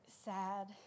sad